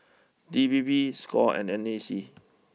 D P P Score and N A C